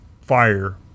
fire